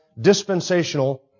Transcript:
dispensational